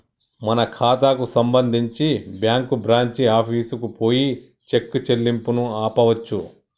మన ఖాతాకు సంబంధించి బ్యాంకు బ్రాంచి ఆఫీసుకు పోయి చెక్ చెల్లింపును ఆపవచ్చు